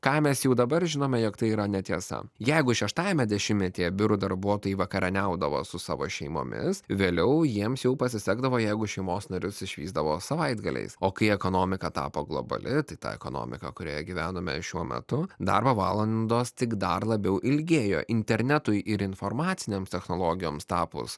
ką mes jau dabar žinome jog tai yra netiesa jeigu šeštajame dešimtmetyje biurų darbuotojai vakarieniaudavo su savo šeimomis vėliau jiems jau pasisekdavo jeigu šeimos narius išvysdavo savaitgaliais o kai ekonomika tapo globali tai ta ekonomika kurioje gyvenoma šiuo metu darbo valandos tik dar labiau ilgėjo internetui ir informacinėms technologijoms tapus